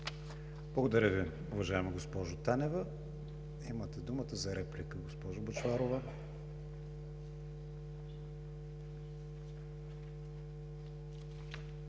Благодаря Ви, уважаема госпожо Бъчварова. Имате думата за дуплика, госпожо Танева.